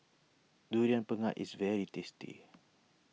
Durian Pengat is very tasty